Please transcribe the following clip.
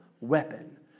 weapon